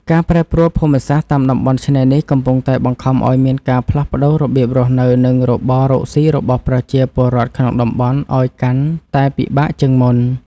ការប្រែប្រួលភូមិសាស្ត្រតាមតំបន់ឆ្នេរនេះ កំពុងតែបង្ខំឱ្យមានការផ្លាស់ប្តូររបៀបរស់នៅ និងរបររកស៊ីរបស់ប្រជាពលរដ្ឋក្នុងតំបន់ឱ្យកាន់តែពិបាកជាងមុន។